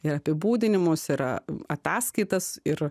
ir apibūdinimus yra ataskaitas ir